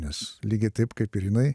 nes lygiai taip kaip ir jinai